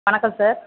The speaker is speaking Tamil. வணக்கம் சார்